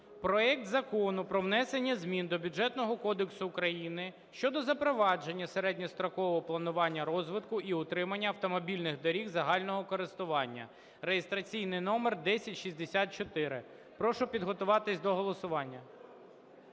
проект Закону про внесення змін до Бюджетного кодексу України щодо запровадження середньострокового планування розвитку і утримання автомобільних доріг загального користування (реєстраційний номер 1064). Прошу підготуватися до голосування.